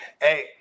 Hey